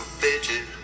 bitches